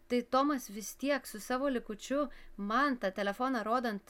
tai tomas vis tiek su savo likučiu man tą telefoną rodant